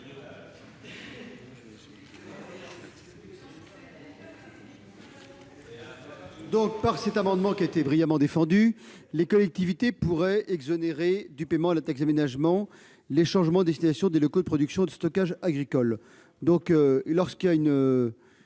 ? Si cet amendement était adopté, les collectivités pourraient exonérer du paiement de la taxe d'aménagement les changements de destination des locaux de production et de stockage agricoles.